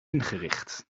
ingericht